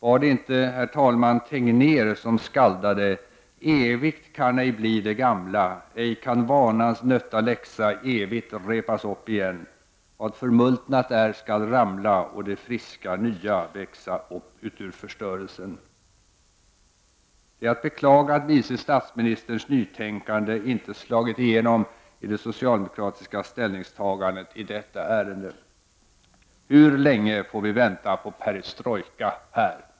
Var det inte, herr talman, Tegnér som skaldade: Evigt kan ej bli det gamla ej kan vanans nötta läxa evigt repas opp igen. Vad förmultnat är skall ramla, och det friska, nya växa Det är att beklaga att vice statsministerns nytänkande inte slagit igenom i det socialdemokratiska ställningstagandet i detta ärende. Hur länge får vi vänta på perestrojka här?